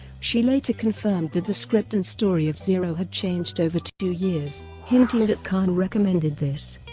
she later confirmed that the script and story of zero had changed over two years, hinting that khan recommended this.